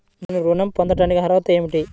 నేను ఋణం పొందటానికి అర్హత ఏమిటి?